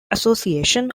association